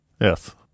Yes